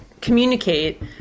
communicate